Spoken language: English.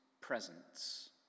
presence